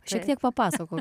šiek tiek papasakok